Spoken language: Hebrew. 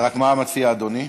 רק מה מציע אדוני?